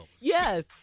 Yes